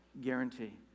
guarantee